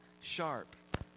sharp